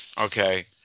Okay